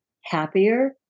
happier